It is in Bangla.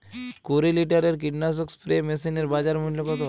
কুরি লিটারের কীটনাশক স্প্রে মেশিনের বাজার মূল্য কতো?